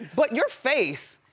but your face,